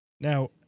now